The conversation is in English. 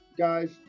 guys